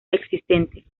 existente